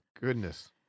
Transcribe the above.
goodness